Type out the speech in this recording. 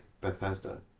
Bethesda